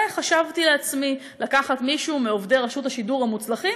וחשבתי לעצמי לקחת מישהו מעובדי רשות השידור המוצלחים,